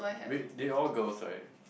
wait they're all girls right